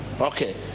Okay